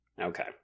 okay